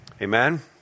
Amen